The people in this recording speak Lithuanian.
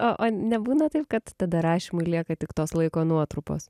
o o nebūna taip kad tada rašymui lieka tik tos laiko nuotrupos